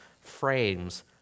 frames